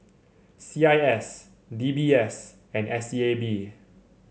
C I S D B S and S E A B